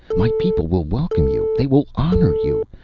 my people will welcome you! they will honor you!